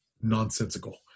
Nonsensical